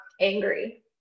angry